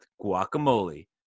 guacamole